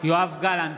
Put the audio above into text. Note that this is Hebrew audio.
יואב גלנט,